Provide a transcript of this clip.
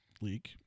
leak